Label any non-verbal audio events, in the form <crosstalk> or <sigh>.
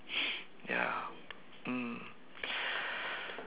<noise> ya mm